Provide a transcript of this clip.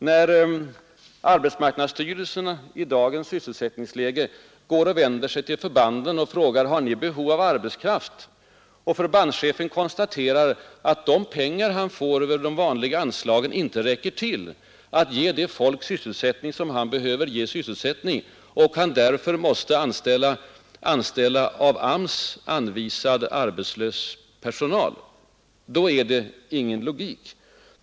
När arbetsmarknadsstyrelsen i dagens sysselsättningsläge vänder sig till förbanden och frågar, om de har behov av arbetskraft, och förbandschefen konstaterar, att de pengar han får via de vanliga anslagen inte räcker till att ge folk den sysselsättning han behöver ge och han därför måste anställa av AMS anvisad arbetslös personal, är det ingen logik i detta.